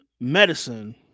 medicine